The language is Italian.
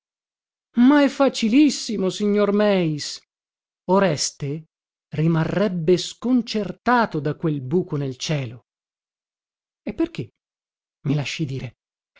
ma è facilissimo signor meis oreste rimarrebbe terribilmente sconcertato da quel buco nel cielo e perché i lasci dire